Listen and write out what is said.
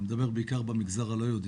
אני מדבר בעיקר במגזר הלא יהודי,